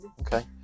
Okay